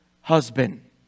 husband